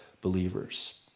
believers